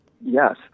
Yes